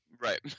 Right